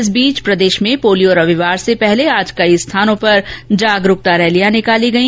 इस बीच प्रदेश भें पोलियो रविवार से पहले आज कई स्थानों पर जागरूकता रैलियां निकाली गई